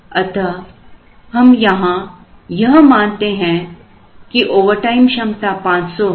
अतः हम यहां यह मानते हैं की ओवरटाइम क्षमता 500 है